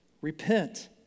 repent